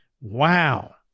Wow